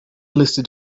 listed